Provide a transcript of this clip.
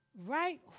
Right